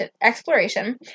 exploration